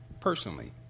personally